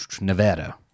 Nevada